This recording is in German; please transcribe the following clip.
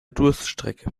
durststrecke